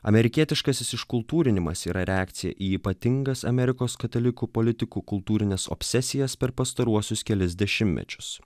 amerikietiškasis iškultūrinimas yra reakcija į ypatingas amerikos katalikų politikų kultūrines obsesijas per pastaruosius kelis dešimmečius